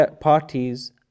parties